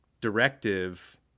directive